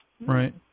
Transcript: Right